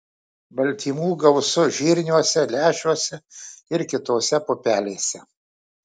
baltymų gausu žirniuose lęšiuose ir kitose pupelėse